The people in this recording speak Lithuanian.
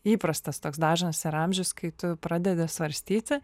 įprastas toks dažnas yra amžius kai tu pradedi svarstyti